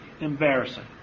embarrassing